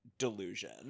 Delusion